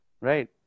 right